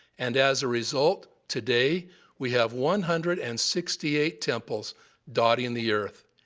and as a result, today we have one hundred and sixty eight temples dotting and the earth.